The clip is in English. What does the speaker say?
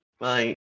Bye